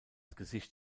gesicht